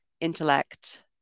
intellect